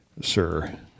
sir